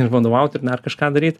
ir vadovaut ir dar kažką daryt